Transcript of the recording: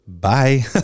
Bye